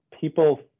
people